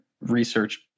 research